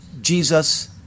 Jesus